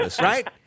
Right